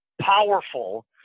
powerful